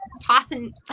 tossing